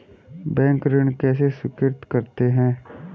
Bank ऋण कैसे स्वीकृत करते हैं?